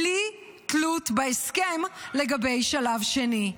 בלי תלות בהסכם לגבי שלב שני.